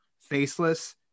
Faceless